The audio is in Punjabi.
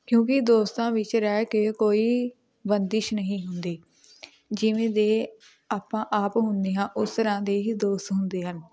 ਕਿਉਂਕਿ ਦੋਸਤਾਂ ਵਿੱਚ ਰਹਿ ਕੇ ਕੋਈ ਬੰਦਿਸ਼ ਨਹੀਂ ਹੁੰਦੀ ਜਿਵੇਂ ਦੇ ਆਪਾਂ ਆਪ ਹੁੰਦੇ ਹਾਂ ਉਸ ਤਰ੍ਹਾਂ ਦੇ ਹੀ ਦੋਸਤ ਹੁੰਦੇ ਹਨ